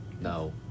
No